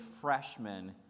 freshman